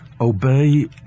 obey